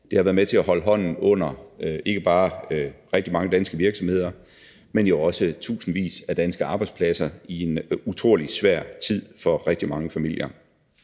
Det har været med til at holde hånden under ikke bare rigtig mange danske virksomheder, men jo også tusindvis af danske arbejdspladser i en utrolig svær tid for rigtig mange familier.